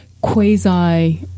quasi